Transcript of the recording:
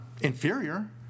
inferior